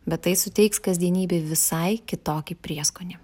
bet tai suteiks kasdienybei visai kitokį prieskonį